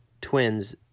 twins